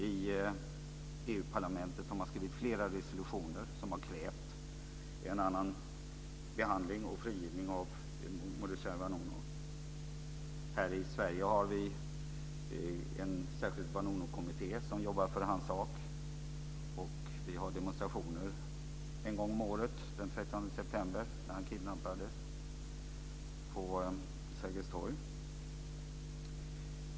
I EU-parlamentet har man skrivit flera resolutioner som har krävt en annan behandling och frigivning av Mordechai Vanunu. Här i Sverige har vi en särskild Vanunukommitté som jobbar för hans sak. Vi har demonstrationer en gång om året den 30 september, när han kidnappades, på Sergels torg.